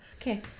Okay